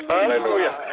Hallelujah